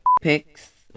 pics